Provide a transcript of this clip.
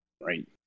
right